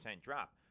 drop